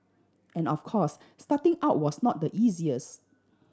and of course starting out was not the easiest